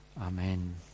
Amen